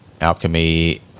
alchemy